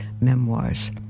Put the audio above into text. memoirs